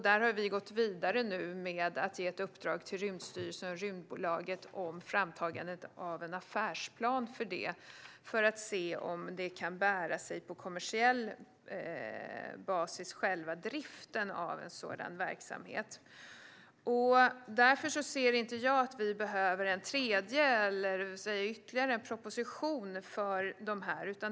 Vi har nu gått vidare med att ge ett uppdrag till Rymdstyrelsen och Rymdbolaget om framtagandet av en affärsplan för det för att se om själva driften av en sådan verksamhet kan bära sig på kommersiell basis. Jag ser därför inte att vi behöver ytterligare en proposition för detta.